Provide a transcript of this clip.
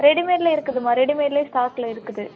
ரெடிமேடில் இருக்குதும்மா ரெடிமேட்லேயும் ஸ்டாக்கில் இருக்குது